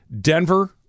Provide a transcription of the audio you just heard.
Denver